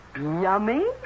Yummy